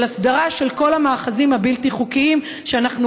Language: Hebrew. של הסדרה של כל המאחזים הבלתי-חוקיים שאנחנו